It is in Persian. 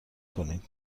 کنید